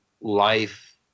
life